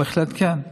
בהחלט כן.